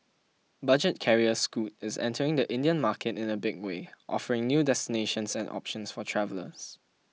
budget carrier Scoot is entering the Indian market in a big way offering new destinations and options for travellers